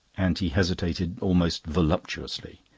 and he hesitated, almost voluptuously.